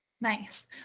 Nice